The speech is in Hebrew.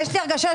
עוד לא הקפאתי.